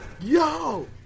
yo